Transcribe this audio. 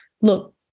look